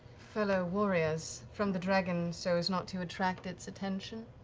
fellow warriors from the dragon so as not to attract its attention?